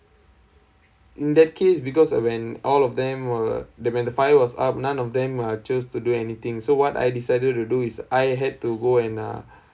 in that case because uh when all of them were the when the fire was up none of them are just to do anything so what I decided to do is I had to go and uh